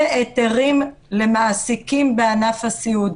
והיתרים למעסיקים בענף הסיעוד.